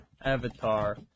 Avatar